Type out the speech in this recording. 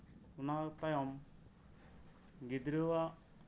ᱚᱱᱟ ᱛᱟᱭᱚᱢ ᱜᱤᱫᱽᱨᱟᱹᱣᱟᱜ